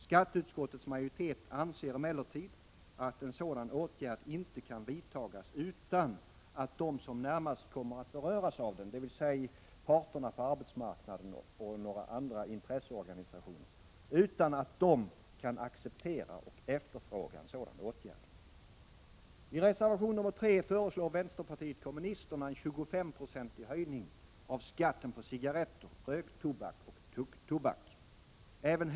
Skatteutskottets majoritet anser emellertid, att en sådan åtgärd inte kan vidtagas utan att de som närmast kommer att beröras av den — dvs. parterna på arbetsmarknaden och andra intresseorganisationer — kan acceptera den och efterfrågar den. I reservation nr 3 föreslår vänsterpartiet kommunisterna en 25-procentig höjning av skatten på cigarretter, röktobak och tuggtobak.